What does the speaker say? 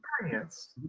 experience